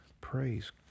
praise